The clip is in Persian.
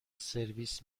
سرویس